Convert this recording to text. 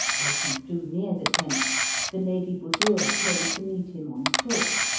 as he drew near the tents the lady budur came to meet him on foot,